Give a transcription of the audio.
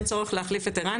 אין צורך להחליף את ער"ן,